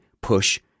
push